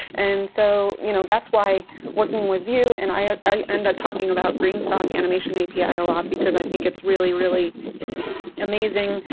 and so you know that's why working with vue and i i end up talking about green stock animation api a lot because i think it's really really amazing,